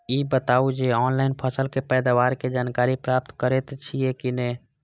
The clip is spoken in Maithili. ई बताउ जे ऑनलाइन फसल के पैदावार के जानकारी प्राप्त करेत छिए की नेय?